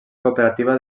cooperativa